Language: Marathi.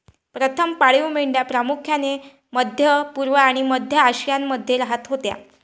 प्रथम पाळीव मेंढ्या प्रामुख्याने मध्य पूर्व आणि मध्य आशियामध्ये राहत होत्या